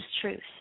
truth